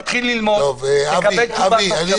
תתחיל ללמוד, תקבל תשובה בתוך שבוע.